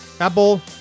Apple